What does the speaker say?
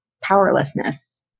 powerlessness